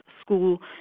school